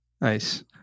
Nice